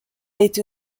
été